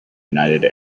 united